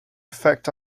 effect